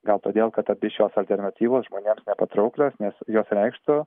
gal todėl kad abi šios alternatyvos žmonėms nepatrauklios nes jos reikštų